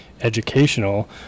educational